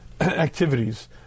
activities